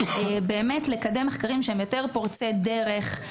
לקדם מחקרים שהם פורצי דרך יותר,